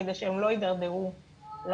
כדי שהם לא יידרדרו לעבריינות,